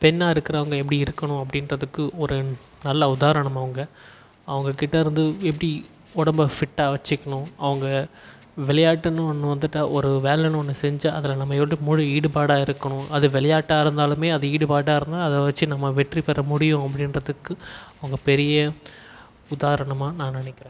பெண்ணாக இருக்கிறவங்க எப்படி இருக்கனும் அப்படின்றத்துக்கு ஒரு நல்ல உதாரணம் அவங்க அவங்க கிட்ட இருந்து எப்படி உடம்ப ஃபிட்டாக வச்சுக்கணும் அவங்க விளையாட்டுனு ஒன்று வந்துட்டால் ஒரு வேலைனு ஒன்று செஞ்சால் அதில் நம்ம எப்படி முழு ஈடுபாடாக இருக்கணும் அது விளையாட்டா இருந்தாலும் அது ஈடுபாடாக இருக்கணும் அதை வச்சு நம்ம வெற்றி பெற முடியும் அப்படின்றத்துக்கு அவங்க பெரிய உதாரணமாக நான் நினைக்கிறேன்